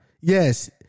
Yes